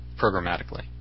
programmatically